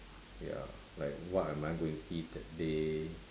ya like what am I going to eat that day